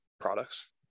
products